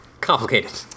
complicated